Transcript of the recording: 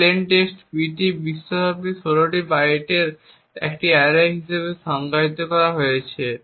এই plain text pt বিশ্বব্যাপী 16 বাইটের অ্যারে হিসাবে সংজ্ঞায়িত করা হয়েছে